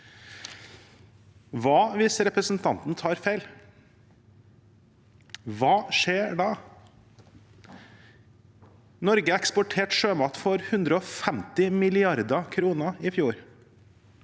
Hva hvis representanten tar feil? Hva skjer da? Norge eksporterte sjømat for 150 mrd. kr i fjor.